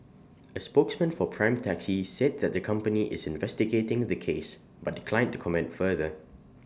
A spokesman for prime taxi said that the company is investigating the case but declined to comment further